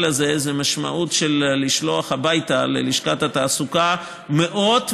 הזה היא המשמעות של לשלוח הביתה ללשכת התעסוקה מאות עובדים,